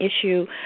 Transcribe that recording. issue